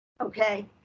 okay